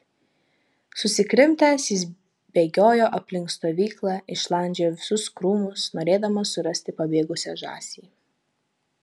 susikrimtęs jis bėgiojo aplink stovyklą išlandžiojo visus krūmus norėdamas surasti pabėgusią žąsį